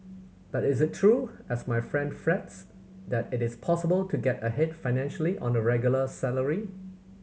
but is it true as my friend frets that it is possible to get ahead financially on a regular salary